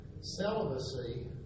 celibacy